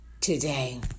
today